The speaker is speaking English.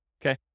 Okay